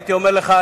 הייתי אומר לך,